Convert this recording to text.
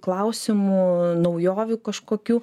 klausimų naujovių kažkokių